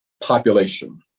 population